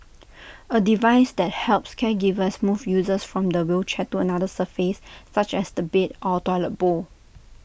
A device that helps caregivers move users from the wheelchair to another surface such as the bed or toilet bowl